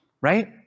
right